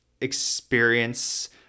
experience